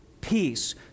peace